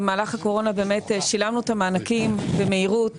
במהלך הקורונה באמת שילמנו את המענקים במהירות